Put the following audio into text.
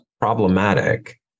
problematic